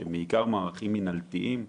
מדובר בעיקר במערכים מינהלתיים וקורסים.